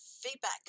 feedback